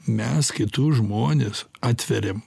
mes kitus žmones atveriam